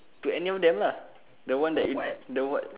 to any of them lah the one that if the what